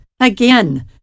Again